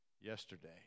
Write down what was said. yesterday